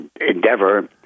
endeavor